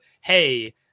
hey